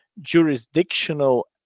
jurisdictional